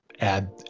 add